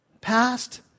Past